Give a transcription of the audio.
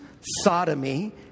sodomy